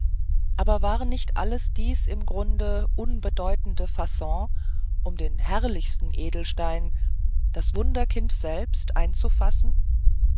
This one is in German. aber war nicht alles dies im grund unbedeutende fasson um den herrlichsten edelstein das wunderkind selbst einzufassen